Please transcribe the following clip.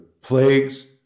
plagues